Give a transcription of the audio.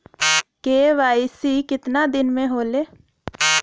KYC कितना दिन में होले?